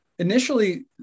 Initially